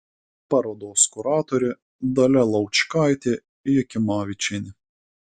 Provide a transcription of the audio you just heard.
parodos kuratorė dalia laučkaitė jakimavičienė